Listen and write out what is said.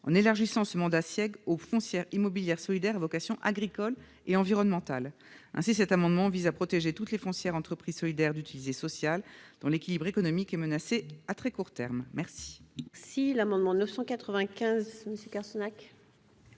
en élargissant ce mandat aux foncières immobilières solidaires à vocation agricole et environnementale. Ainsi, cet amendement vise à protéger toutes les foncières « entreprises solidaires d'utilité sociale » (ESUS), dont l'équilibre économique est menacé à très court terme. La